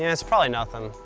and it's probably nothing.